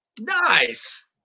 Nice